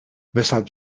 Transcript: weshalb